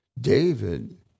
David